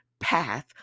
Path